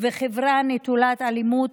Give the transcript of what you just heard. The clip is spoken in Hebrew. ונטולת אלימות,